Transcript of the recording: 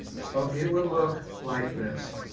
so it would look like this.